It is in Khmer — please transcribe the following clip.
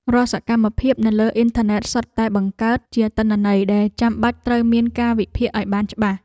រាល់សកម្មភាពនៅលើអ៊ិនធឺណិតសុទ្ធតែបង្កើតជាទិន្នន័យដែលចាំបាច់ត្រូវមានការវិភាគឱ្យបានច្បាស់។